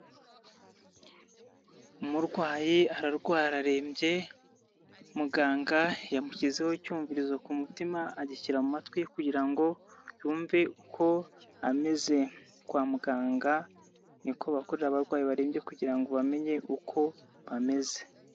Umurwayi ararwaye arembye, muganga yamugezeho icyumvizo ku mutima agishyira mu amatwi kugira ngo yumve uko ameze, kwa muganga niko bakorera abarwayi barembye kugira ngo bamenye uko bameze.